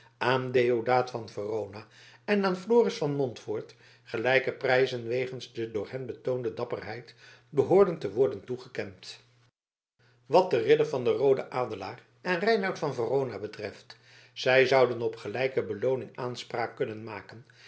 aan deodaat van verona en aan floris van montfoort gelijke prijzen wegens de door hen betoonde dapperheid behoorden te worden toegekend wat den ridder van den rooden adelaar en reinout van verona betreft zij zouden op gelijke belooning aanspraak kunnen maken